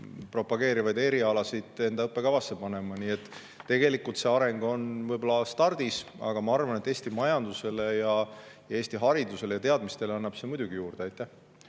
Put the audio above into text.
propageerivaid erialasid õppekavasse panema. Tegelikult see areng on võib-olla stardis. Aga ma arvan, et Eesti majandusele ja Eesti haridusele ja teadmistele annab see muidugi juurde.